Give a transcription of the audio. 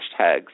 hashtags